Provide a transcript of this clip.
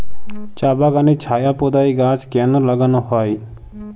চা বাগানে ছায়া প্রদায়ী গাছ কেন লাগানো হয়?